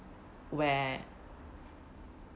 where